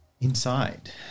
Inside